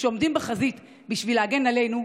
שעומדים בחזית בשביל להגן עלינו,